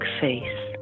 face